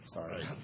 Sorry